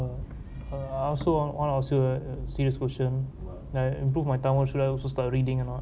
no no uh I also want want ask you a serious question like improve my tamil so should I start reading or not